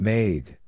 Made